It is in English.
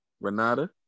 Renata